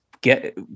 get